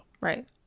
right